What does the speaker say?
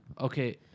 Okay